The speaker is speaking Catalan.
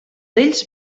ells